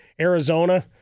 Arizona